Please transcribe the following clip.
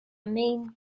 main